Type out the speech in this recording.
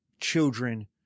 children